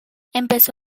empezó